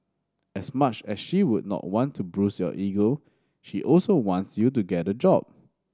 as much as she would not want to bruise your ego she also wants you to get a job